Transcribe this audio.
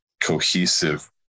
cohesive